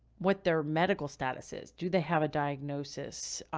what their medical status is. do they have a diagnosis?